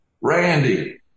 Randy